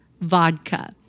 vodka